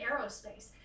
aerospace